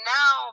now